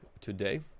today